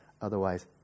Otherwise